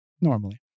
Normally